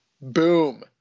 Boom